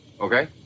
Okay